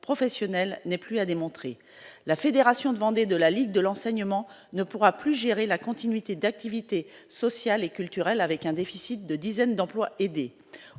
professionnelle n'est plus à démontrer, la Fédération de Vendée, de la Ligue de l'enseignement ne pourra plus gérer la continuité d'activités sociales et culturelles avec un déficit de dizaines d'emplois aidés